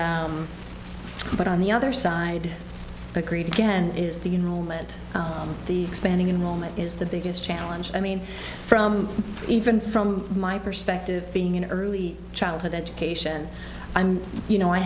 and but on the other side agreed again is the you know lead the expanding in a moment is the biggest challenge i mean from even from my perspective being in early childhood education i'm you know i